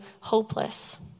hopeless